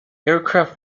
aircraft